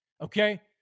okay